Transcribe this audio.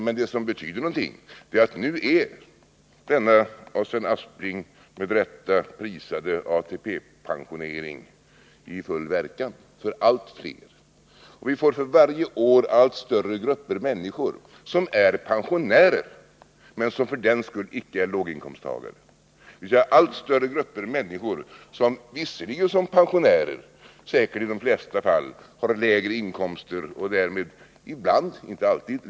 Men det som betyder någonting är att denna av Sven Aspling med rätta prisade ATP-pensionering nu är i full verkan för allt fler. Vi får varje år allt större grupper människor som är pensionärer men som för den skull icke är låginkomsttagare, allt större grupper människor som visserligen som pensionärer har lägre inkomster och därmed ibland — inte alltid!